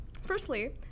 Firstly